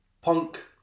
punk